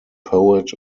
poet